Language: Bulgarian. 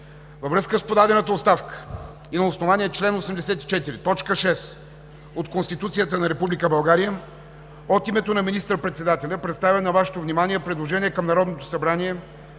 Във връзка с подадената оставка и на основание чл. 84, т. 6 от Конституцията на Република България от името на министър-председателя представям на Вашето внимание предложение към Народното събрание